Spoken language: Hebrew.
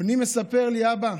בני מספר לי: אבא,